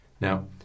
Now